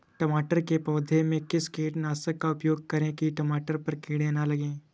टमाटर के पौधे में किस कीटनाशक का उपयोग करें कि टमाटर पर कीड़े न लगें?